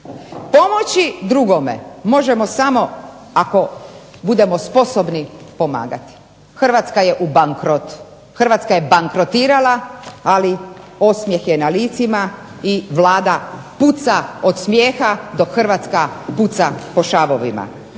Pomoći drugome možemo samo ako budemo sposobni pomagati. Hrvatska je u bankrotu, Hrvatska je bankrotirala, ali osmijeh je na licima i Vlada puca od smijeha dok Hrvatska puca po šavovima.